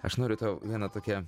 aš noriu tau vieną tokią